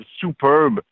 superb